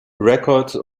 records